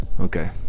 Okay